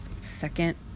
second